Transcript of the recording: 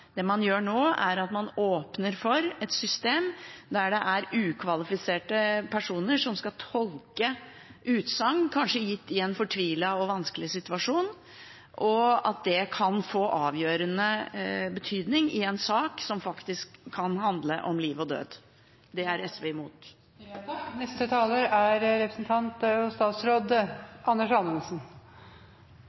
Det man gjør nå, er å åpne for et system der det er ukvalifiserte personer som skal tolke utsagn, kanskje gitt i en fortvilet og vanskelig situasjon, som kan få avgjørende betydning i en sak som faktisk kan handle om liv og død. Det er SV imot. Jeg vil først si et par ord til siste innlegg. Jeg mener det er